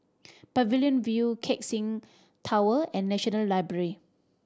Pavilion View Keck Seng Tower and National Library